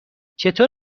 چطور